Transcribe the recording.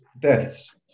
deaths